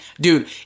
dude